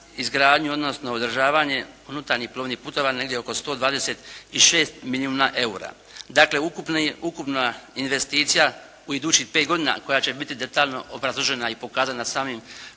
izgradnju odnosno održavanje unutarnjih plovnih putova negdje oko 126 milijuna EUR-a. Dakle ukupna investicija u idućih 5 godina koja će biti detaljno obrazložena i pokazana samim